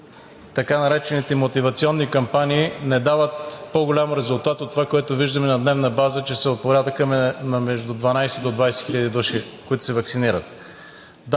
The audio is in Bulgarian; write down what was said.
така наречените мотивационни кампании не дават по-голям резултат от това, което виждаме на дневна база, че са от порядъка между 12 до 20 хил. души, които се ваксинират.